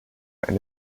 and